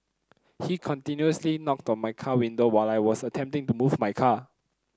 he continuously knocked on my car window while I was attempting to move my car